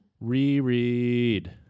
Reread